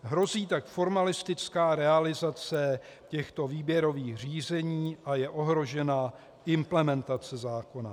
Hrozí tak formalistická realizace těchto výběrových řízení a je ohrožena implementace zákona.